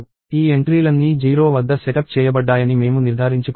ఈ ఎంట్రీలన్నీ 0 వద్ద సెటప్ చేయబడ్డాయని మేము నిర్ధారించుకోవాలి